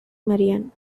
marianne